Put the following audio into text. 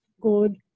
good